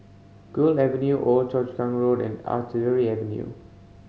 Gul Avenue Old Choa Chu Kang Road and Artillery Avenue